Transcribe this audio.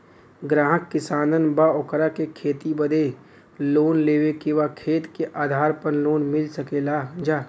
ग्राहक किसान बा ओकरा के खेती बदे लोन लेवे के बा खेत के आधार पर लोन मिल सके ला?